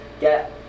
get